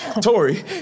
Tori